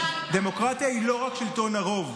דמוקרטיה היא לא רק שלטון הרוב,